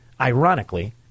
ironically